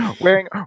Wearing